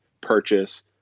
purchase